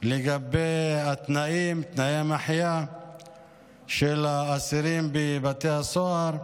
לגבי התנאים, תנאי המחיה של האסירים בבתי הסוהר.